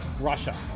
Russia